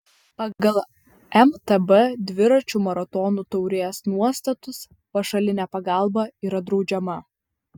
pagal mtb dviračių maratonų taurės nuostatus pašalinė pagalba yra draudžiama